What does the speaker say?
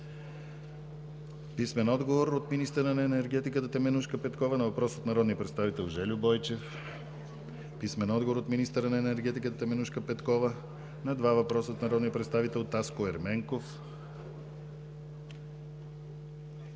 писмен отговор от министъра на енергетиката Теменужка Петкова на въпрос от народния представител Жельо Бойчев; - писмен отговор от министъра на енергетиката Теменужка Петкова на два въпроса от народния представител Таско Ерменков;